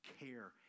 care